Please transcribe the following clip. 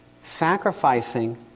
sacrificing